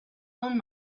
own